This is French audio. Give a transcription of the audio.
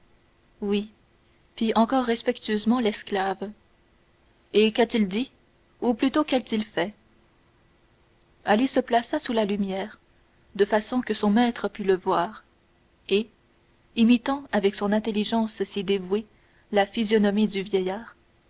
oui fit encore respectueusement l'esclave et qu'a-t-il dit ou plutôt qu'a-t-il fait ali se plaça sous la lumière de façon que son maître pût le voir et imitant avec son intelligence si dévouée la physionomie du vieillard